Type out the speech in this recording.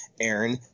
Aaron